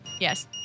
Yes